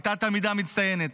הייתה תלמידה מצטיינת.